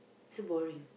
so boring